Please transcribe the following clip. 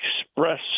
express